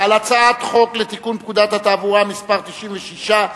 על הצעת חוק לתיקון פקודת התעבורה (מס' 96),